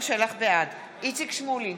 בעד איציק שמולי,